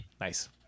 Nice